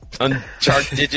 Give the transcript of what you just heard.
Uncharted